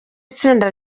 itsinda